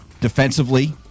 Defensively